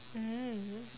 mm